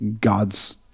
God's